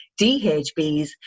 DHBs